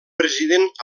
president